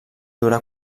durar